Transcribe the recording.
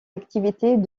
activités